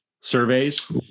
surveys